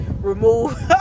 remove